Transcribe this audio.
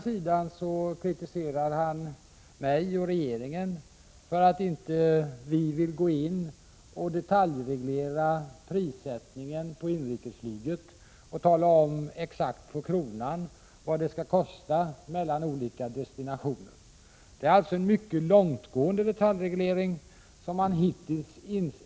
Han kritiserar mig och regeringen för att vi inte vill gå in och detaljreglera prissättningen på inrikesflyget och tala om exakt på kronan vad det skall kosta att flyga mellan olika destinationer. Det är alltså en mycket långtgående detaljreglering, som regeringen hittills inte — Prot.